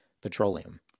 petroleum